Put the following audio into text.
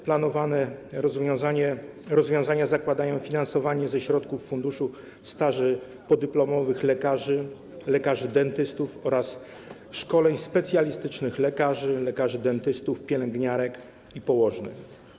Planowane rozwiązania zakładają finansowanie ze środków funduszu staży podyplomowych lekarzy, lekarzy dentystów oraz szkoleń specjalistycznych lekarzy, lekarzy dentystów, pielęgniarek i położnych.